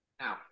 Now